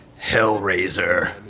Hellraiser